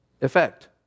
effect